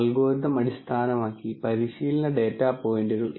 അതിനാൽ അത്തരം നിരവധി ഗുണങ്ങളെക്കുറിച്ച് നിങ്ങൾക്ക് ചിന്തിക്കാം